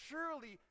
Surely